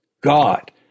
God